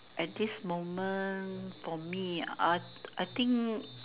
at this moment for me uh I think